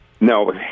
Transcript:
No